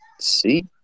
See